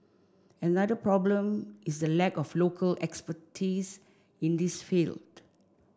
another problem is the lack of local expertise in this field